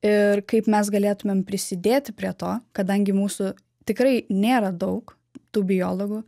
ir kaip mes galėtumėm prisidėti prie to kadangi mūsų tikrai nėra daug tų biologų